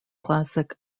classic